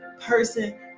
person